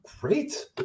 great